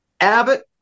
Abbott